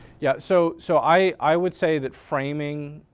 yeah. so so i would say that framing,